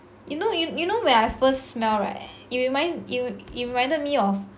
you know you you know where I first smell right you remind you you it reminded me of